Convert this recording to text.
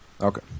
Okay